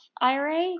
IRA